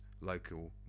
local